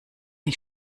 ich